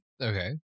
Okay